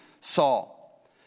Saul